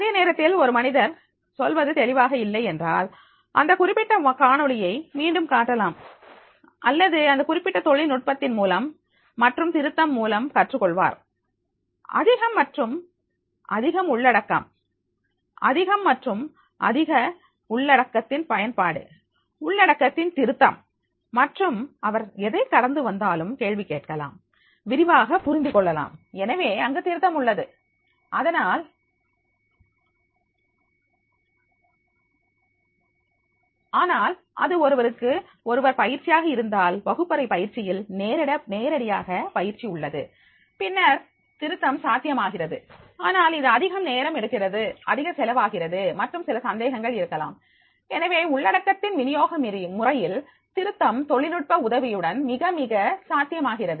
அதே நேரத்தில் ஒரு மனிதர் சொல்வது தெளிவாக இல்லை என்றால் அந்தக் குறிப்பிட்ட காணொளியை மீண்டும் காட்டலாம் அல்லது அந்த குறிப்பிட்ட தொழில் நுட்பத்தின் மூலம் மற்றும் திருத்தம் மூலம் கற்றுக் கொள்வார் அதிகம் மற்றும் அதிகம் உள்ளடக்கம் அதிகம் மற்றும் அதிகம் உள்ளடக்கத்தின் பயன்பாடு உள்ளடக்கத்தின் திருத்தம் மற்றும் அவர் எதை கடந்து வந்தாலும் கேள்வி கேட்கலாம் விரிவாக புரிந்து கொள்ளலாம் எனவே அங்கு திருத்தம் உள்ளது ஆனால் அது ஒருவருக்கு ஒருவர் பயிற்சியாக இருந்தால் வகுப்பறை பயிற்சியில் நேரடி பயிற்சி உள்ளது பின்னர் திருத்தம் சாத்தியமாகிறது ஆனால் இது அதிகம் நேரம் எடுக்கிறது அதிக செலவாகிறது மற்றும் சில சந்தேகங்கள் இருக்கலாம் எனவே உள்ளடக்கத்தின் வினியோக முறையில் திருத்தம் தொழில்நுட்ப உதவியுடன் மிகமிக சாத்தியமாகிறது